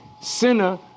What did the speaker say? sinner